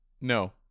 No